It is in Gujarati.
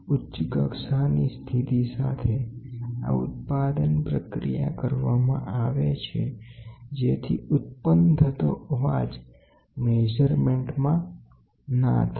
ઉચ્ચ કક્ષાની સ્થિતિ સાથે આ ઉત્પાદન પ્રક્રિયા કરવામાં આવે છે જેથી ઉત્પન્ન થતો અવાજ માપન માં થાય